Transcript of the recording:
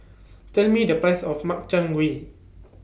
Tell Me The Price of Makchang Gui